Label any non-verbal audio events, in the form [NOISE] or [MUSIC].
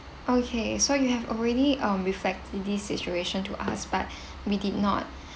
okay so you have already um reflected this situation to us but [BREATH] we did not